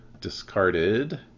discarded